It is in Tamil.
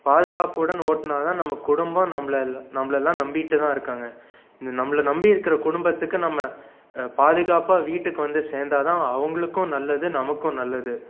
பாதுகாப்புடன் ஒட்டினா தான் நம்ம குடும்பம் நம்பளை நம்பளல்லாம் நம்பிகிட்டு தான் இருக்காங்க இந்த நம்பளை நம்பி இருக்கிற குடும்பத்துக்கு நம்ப பாதுகாப்பாக வீட்டுக்கு வந்து சேர்ந்தா தான் அவங்களுக்கும் நல்லது நமக்கும் நல்லது